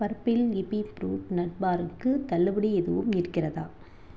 purple hippie fruit nut பாருக்கு தள்ளுபடி எதுவும் இருக்கிறதா